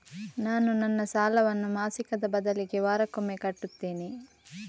ನಾನು ನನ್ನ ಸಾಲವನ್ನು ಮಾಸಿಕದ ಬದಲಿಗೆ ವಾರಕ್ಕೊಮ್ಮೆ ಕಟ್ಟುತ್ತೇನೆ